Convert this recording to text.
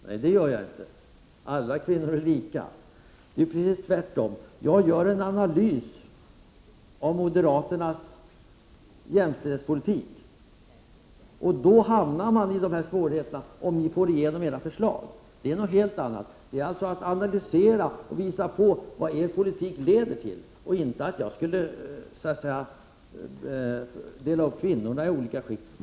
Nej, det gör jag inte! Alla kvinnor är lika. Det förhåller sig precis tvärtom. Jag gör en analys av moderaternas jämställdhetspolitik. Om ni får igenom era förslag hamnar man i de här svårigheterna. Att visa på vad er politik leder till är någonting helt annat än att jag skulle dela upp kvinnorna i olika skikt.